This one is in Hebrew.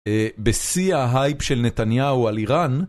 בשיא ההייפ של נתניהו על איראן